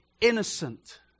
innocent